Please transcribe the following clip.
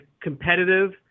competitive